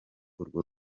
urwo